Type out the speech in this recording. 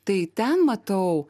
tai ten matau